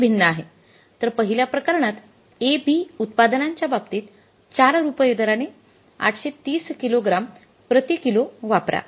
तर पहिल्या प्रकरणात A B उत्पादनांच्या बाबतीत४ रुपये दराने ८३० किलोग्राम प्रति किलो वापरा